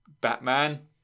Batman